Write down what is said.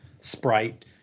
sprite